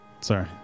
Sorry